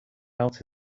out